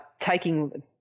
taking